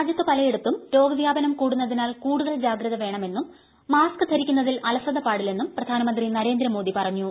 രാജ്യത്തു പലയിടത്തും രോഗ വ്യാപനം കൂടുന്നതിനാൽ കൂടുതൽ ജാഗ്രത വേണമെന്നും മാസ്ക് ധരിക്കുന്നതിൽ അലസത പാടില്ലെന്നും പ്രധാനമന്ത്രി നരേന്ദ്രമോദി പറഞ്ഞു